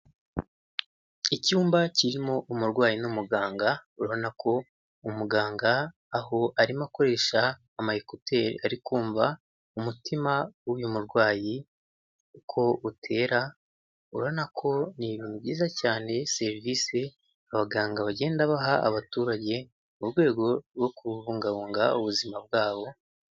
Icyumba kirimo umurwayi n'umuganga, urabona ko umuganga aho arimo akoresha ama ekuteri ari kumva umutima w'uyu murwayi uko utera, urabona ko ni ibintu byiza cyane serivise abaganga bagenda baha abaturage mu rwego rwo kubungabunga ubuzima bwabo.